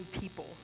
people